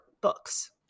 books